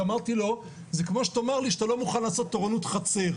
כי אמרתי לו 'זה כמו שתאמר לי שאתה לא מוכן לעשות תורנות חצר.